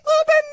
open